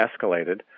escalated